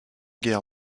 guerre